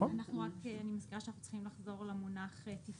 אני מזכירה שאנחנו צריכים לחזור למונח תפעול.